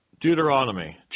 Deuteronomy